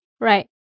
Right